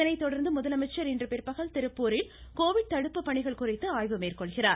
இதனைத்தொடர்ந்து முதலமைச்சர் இன்று பிற்பகல் திருப்பூரில் கோவிட் தடுப்பு பணிகள் குறித்து ஆய்வு மேற்கொள்கிறார்